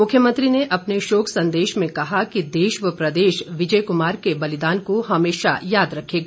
मुख्यमंत्री ने अपने शोक संदेश में कहा कि देश व प्रदेश विजय कुमार के बलिदान को हमेशा याद रखेगा